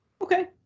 Okay